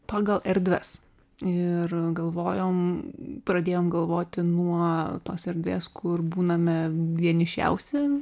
pagal erdves ir galvojom pradėjome galvoti nuo tos erdvės kur būname vienišiausi